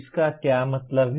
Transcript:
इसका क्या मतलब है